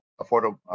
affordable